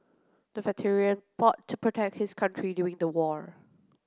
the veteran fought to protect his country during the war